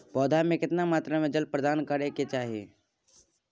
पौधा में केतना मात्रा में जल प्रदान करै के चाही?